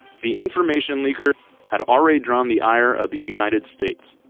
the information leaker had already drawn the ire of the united states.